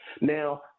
Now